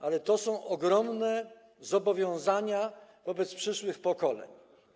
Ale to są ogromne zobowiązania wobec przyszłych pokoleń.